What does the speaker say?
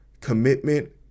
commitment